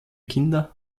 kinder